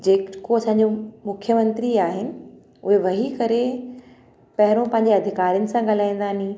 जे को असांजो मुख्यमंत्री आहिनि उहे वेही करे पहिरों पंहिंजे आधिकारियुनि सां ॻाल्हाईंदानी